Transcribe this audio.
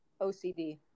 OCD